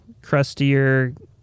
crustier